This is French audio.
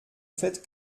faites